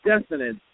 definite